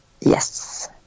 Yes